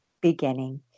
beginning